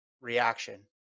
reaction